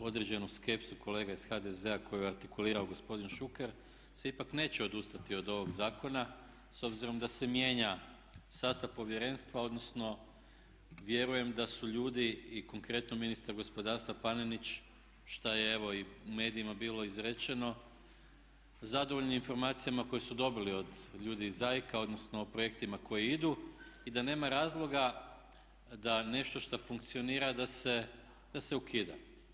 određenu skepsu kolega iz HDZ-a koju je artikulirao gospodin Šuker se ipak neće odustati od ovog zakona s obzirom da se mijenja sastav povjerenstva, odnosno vjerujem da su ljudi i konkretno ministar gospodarstva Panenić šta je evo i u medijima bilo izrečeno zadovoljni informacijama koje su dobili od ljudi iz ZAIK-a odnosno o projektima koji idu i da nema razloga da nešto šta funkcionira da se ukida.